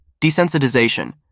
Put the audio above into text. Desensitization